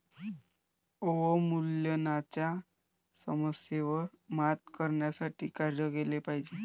अवमूल्यनाच्या समस्येवर मात करण्यासाठी काय केले पाहिजे?